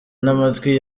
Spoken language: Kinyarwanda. n’amatwi